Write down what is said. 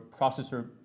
processor